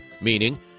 meaning